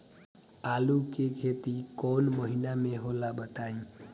आलू के खेती कौन महीना में होला बताई?